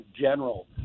General